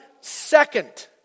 second